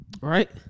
Right